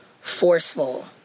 forceful